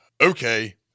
Okay